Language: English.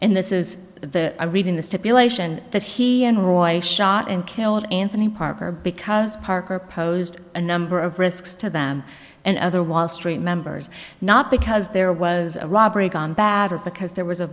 and this is the i read in the stipulation that he and roy shot and killed anthony parker because parker posed a number of risks to them and other wall street members not because there was a robbery gone bad or because there was a